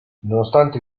nonostante